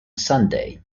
sunday